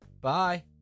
Bye